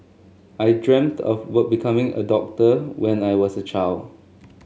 I dreamt of what becoming a doctor when I was a child